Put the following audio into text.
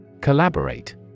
Collaborate